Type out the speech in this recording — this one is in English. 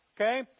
Okay